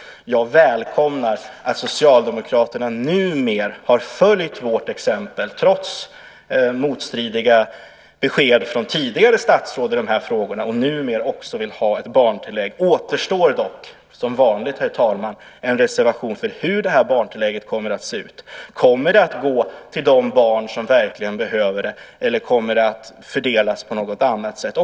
Jag välkomnar att Socialdemokraterna har följt vårt exempel, trots motstridiga besked från tidigare statsråd i de här frågorna, och numera också vill ha ett barntillägg. Det återstår dock, som vanligt, herr talman, en reservation för hur barntillägget kommer att se ut. Kommer det att gå till de barn som verkligen behöver det, eller kommer det att fördelas på något annat sätt?